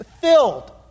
filled